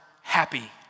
happy